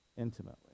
intimately